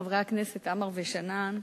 חברי הכנסת עמאר ושנאן,